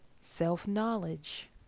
Self-knowledge